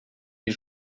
les